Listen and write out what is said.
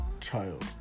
child